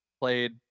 played